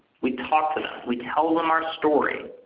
we talked to them. we tell them our story.